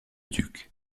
duc